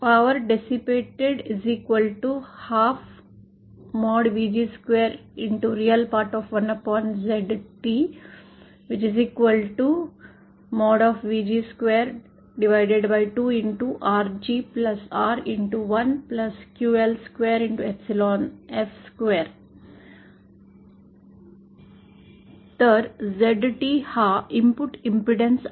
तर ZT हा input अडथळा आहे